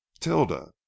tilda